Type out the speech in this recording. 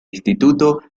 instituto